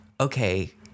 okay